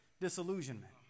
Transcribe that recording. disillusionment